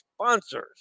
sponsors